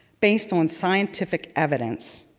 based on scientific evidence